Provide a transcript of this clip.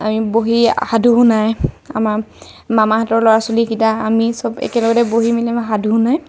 আমি বহি সাধু শুনায় আমাক মামাহঁতৰ ল'ৰা ছোৱালীকেইটা আমি চব একে লগতে বহি মেলি আমাক সাধু শুনায়